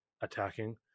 attacking